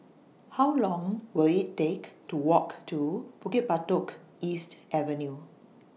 How Long Will IT Take to Walk to Bukit Batok East Avenue